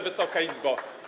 Wysoka Izbo!